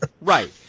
right